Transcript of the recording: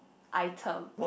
item